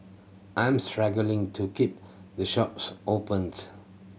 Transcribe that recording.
I'm struggling to keep the shops opened